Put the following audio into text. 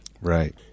Right